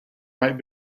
might